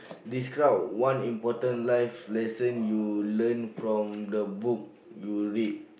describe one important life lesson you learn from the book you read